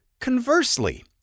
Conversely